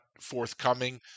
forthcoming